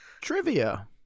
trivia